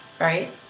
Right